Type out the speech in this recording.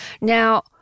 Now